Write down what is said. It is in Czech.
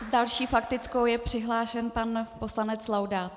S další faktickou je přihlášen pan poslanec Laudát.